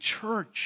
church